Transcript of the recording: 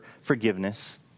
forgiveness